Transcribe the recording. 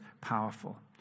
powerful